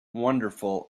wonderful